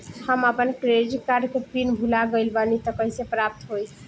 हम आपन credit card के पिन भुला गइल बानी त कइसे प्राप्त होई?